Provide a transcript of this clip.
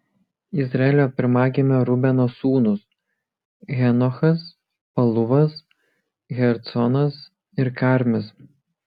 izraelio pirmagimio rubeno sūnūs henochas paluvas hecronas ir karmis